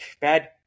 bad